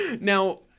Now